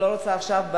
אני לא רוצה עכשיו,